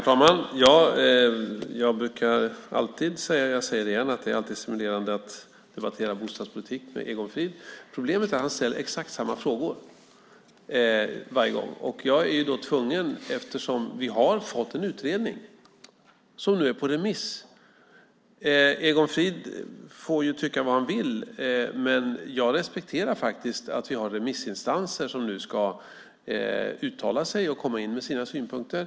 Herr talman! Jag brukar alltid säga, och jag säger det igen, att det alltid är stimulerande att debattera bostadspolitik med Egon Frid. Problemet är att han ställer exakt samma frågor varje gång. Vi har fått en utredning som nu är ute på remiss. Egon Frid får tycka vad han vill, men jag respekterar faktiskt att vi har remissinstanser som nu ska uttala sig och komma in med sina synpunkter.